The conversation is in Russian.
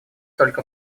только